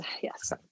Yes